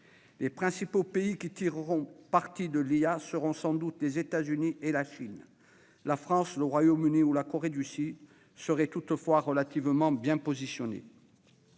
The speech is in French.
Les principaux pays qui tireront parti de l'IA seront sans doute les États-Unis et la Chine. Toutefois, la France, le Royaume-Uni ou la Corée du Sud seraient relativement bien positionnés.